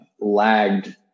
lagged